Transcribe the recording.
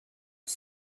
was